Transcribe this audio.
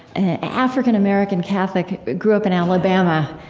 an african-american catholic, grew up in alabama,